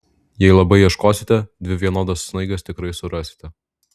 jei labai ieškosite dvi vienodas snaiges tikrai surasite